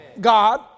God